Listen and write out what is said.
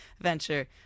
venture